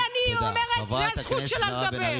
אבל אני אומרת: זו הזכות שלה לדבר.